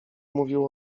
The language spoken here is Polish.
mówił